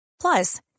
Plus